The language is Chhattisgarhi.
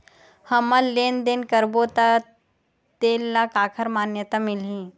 हमन लेन देन करबो त तेन ल काखर मान्यता मिलही?